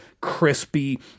crispy